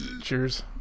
Cheers